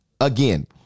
again